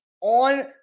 on